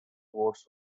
votes